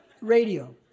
radio